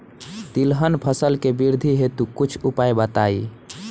तिलहन फसल के वृद्धि हेतु कुछ उपाय बताई?